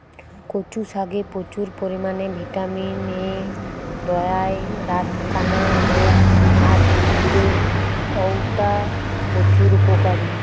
কচু শাকে প্রচুর পরিমাণে ভিটামিন এ রয়ায় রাতকানা রোগ আটকিতে অউটা প্রচুর উপকারী